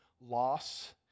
loss